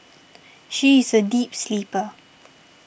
she is a deep sleeper